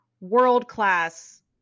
world-class